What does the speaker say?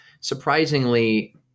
surprisingly